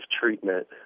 treatment